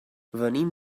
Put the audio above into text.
venim